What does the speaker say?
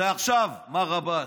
זה עכשיו, מר עבאס,